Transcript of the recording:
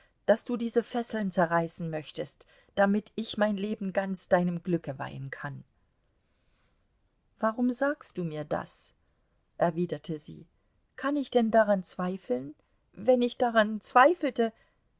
daß du diese fesseln zerreißen möchtest damit ich mein leben ganz deinem glücke weihen kann warum sagst du mir das erwiderte sie kann ich denn daran zweifeln wenn ich daran zweifelte